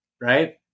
Right